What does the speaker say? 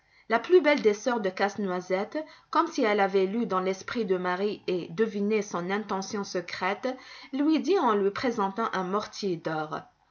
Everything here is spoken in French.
la plus belle des sœurs de casse-noisette comme si elle avait lu dans l'esprit de marie et deviné son intention secrète lui dit en lui présentant un mortier d'or